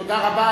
תודה רבה.